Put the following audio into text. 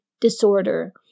disorder